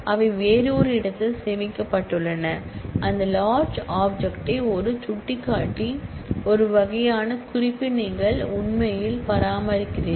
அவை வேறொரு இடத்தில் சேமிக்கப்பட்டுள்ளன அந்த லார்ஜ் ஆப்ஜெக்ட்டை ஒரு சுட்டிக்காட்டி ஒரு வகையான குறிப்பை நீங்கள் உண்மையில் பராமரிக்கிறீர்கள்